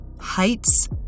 Heights